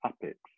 topics